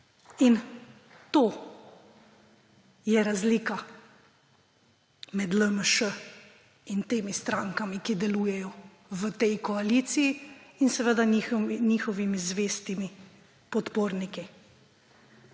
In to je razlika med LMŠ in temi strankami, ki delujejo v tej koaliciji, in seveda njihovimi zvestimi podporniki.